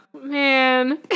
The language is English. man